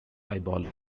eyeball